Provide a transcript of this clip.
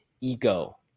ego